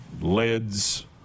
Lids